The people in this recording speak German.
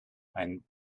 ein